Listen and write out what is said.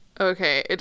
Okay